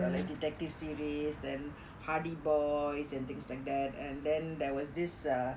the detective series then hardy boys and things like that and then there was this err